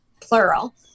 plural